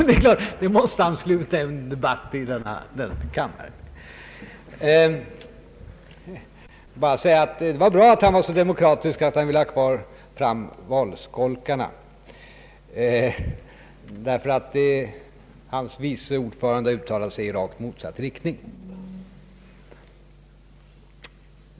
Det är klart att han måste sluta debatten här i dag på samma sätt. Det var bra att herr Bengtson var så demokratisk att han ville ha fram valskolkarna. Hans partis vice ordförande har uttalat sig i rakt motsatt riktning.